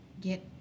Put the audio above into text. get